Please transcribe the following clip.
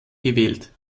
gewählt